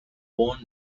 born